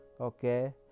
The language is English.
Okay